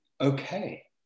okay